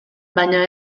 baina